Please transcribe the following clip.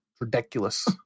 Ridiculous